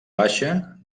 baixa